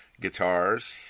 guitars